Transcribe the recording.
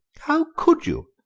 how could you?